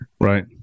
Right